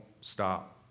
stop